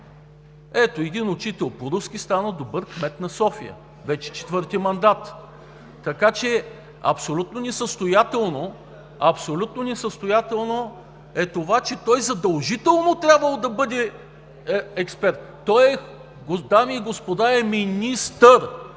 Ето, един учител по руски език стана добър кмет на София вече четвърти мандат. Така че абсолютно несъстоятелно е това, че той задължително трябвало да бъде експерт. Той, дами и господа, е министър.